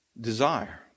desire